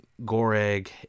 Goreg